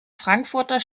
frankfurter